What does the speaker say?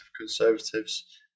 Conservatives